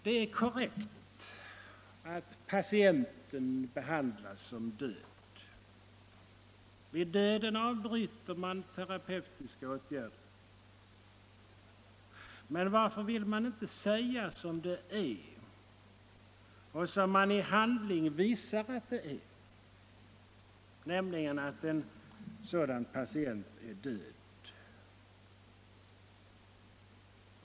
Det är korrekt att patienten behandlas som död. Vid döden avbryter man terapeutiska åtgärder. Men varför vill man inte säga som det är, och som man i handling visar att det är, nämligen att en sådan patient är död?